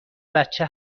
بچه